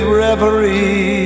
reverie